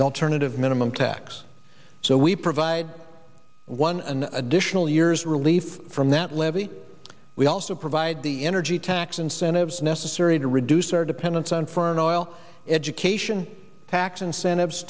the alternative minimum tax so we provide one and additional years relief from that levy we also provide the energy tax incentives necessary to reduce our dependence on foreign oil education tax incentives